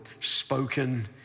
spoken